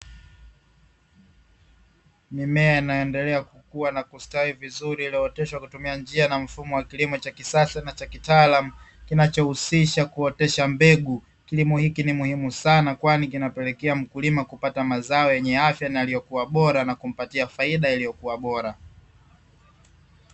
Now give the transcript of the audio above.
Mimea inayoendelea na kukua na kustawi vizuri iliyooteshwa kwa kutumia njia na mfumo wa kisasa na cha kitaalamu kinachohusisha kuotesha mbegu, kilimo hiki ni muhimu sana kwani kinapelekea mkulima kupata mazao yenye afya na yaliokuwa bora na kumpatia faida iliyokuwa bora.